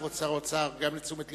כבוד שר האוצר, גם לתשומת לבך.